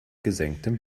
gesenktem